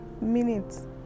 minutes